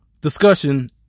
discussion